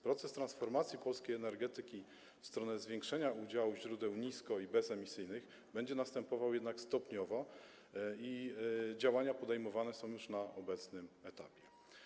Proces transformacji polskiej energetyki w stronę zwiększenia udziału źródeł nisko- i bezemisyjnych będzie następował jednak stopniowo i działania podejmowane są już na obecnym etapie.